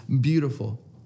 beautiful